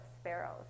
sparrows